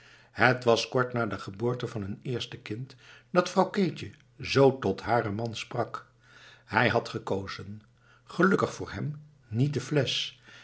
het was kort na de geboorte van hun eerste kind dat vrouw keetje zoo tot haren man sprak hij had gekozen gelukkig voor hem niet de flesch